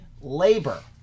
labor